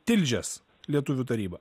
tilžės lietuvių taryba